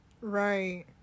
Right